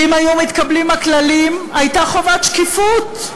ואם היו מתקבלים הכללים הייתה חובת שקיפות,